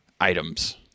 items